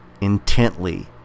intently